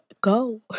Go